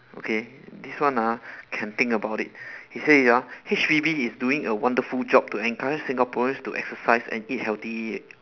okay this one ah can think about it it say ah H_P_B is doing a wonderful job to encourage singaporeans to exercise and eat healthily